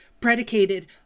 predicated